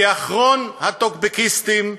כאחרון הטוקבקיסטים,